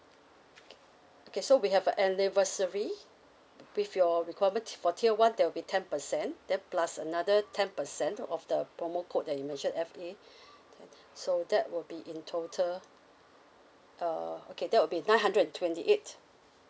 okay so we have a anniversary with your requirement for tier one there will be ten percent then plus another ten percent of the promo code that you mentioned F A then so that will be in total uh okay that will be nine hundred and twenty eight